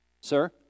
Sir